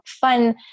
fun